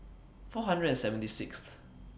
four hundred and seventy Sixth